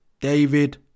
David